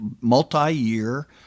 multi-year